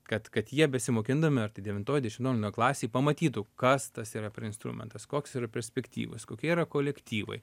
kad kad jie besimokindami ar tai devintoj dešimtoj klasėj pamatytų kas tas yra instrumentas koks yra perspektyvus kokie yra kolektyvai